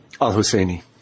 al-Husseini